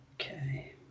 Okay